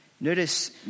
Notice